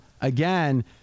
again